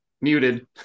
muted